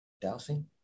dousing